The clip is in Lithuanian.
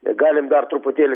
galim dar truputėlį